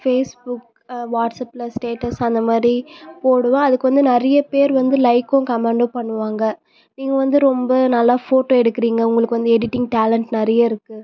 Facebook வாட்ஸப்பில் status அந்தமாதிரி போடுவேன் அதுக்கு வந்து நிறைய பேர் வந்து லைக்கும் கமண்ட்டும் பண்ணுவாங்க நீங்கள் வந்து ரொம்ப நல்லா ஃபோட்டோ எடுக்குறீங்க உங்களுக்கு வந்து எடிட்டிங் டேலண்ட் நிறைய இருக்கு